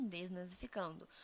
Desnazificando